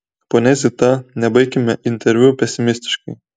ponia zita nebaikime interviu pesimistiškai